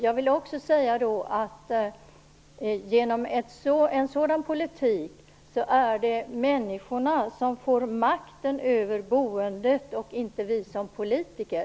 Jag vill också säga att med en sådan politik är det människorna som får makten över boendet och inte vi politiker.